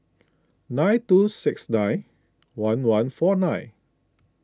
nine two six nine one one four nine